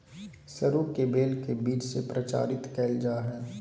सरू के बेल के बीज से प्रचारित कइल जा हइ